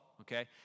Okay